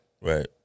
right